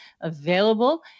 available